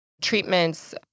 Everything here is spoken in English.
treatments